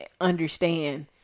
understand